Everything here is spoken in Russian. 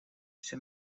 все